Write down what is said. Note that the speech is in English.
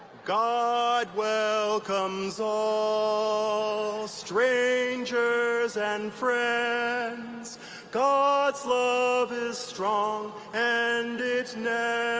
god welcomes all, strangers and friends god's love is strong and it never